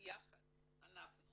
שיחד אנחנו